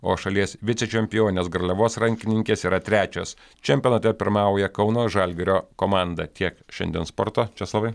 o šalies vicečempionės garliavos rankininkės yra trečios čempionate pirmauja kauno žalgirio komanda tiek šiandien sporto česlovai